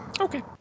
Okay